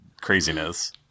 craziness